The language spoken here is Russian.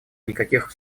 никаких